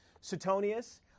Suetonius